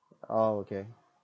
oh okay